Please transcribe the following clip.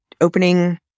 opening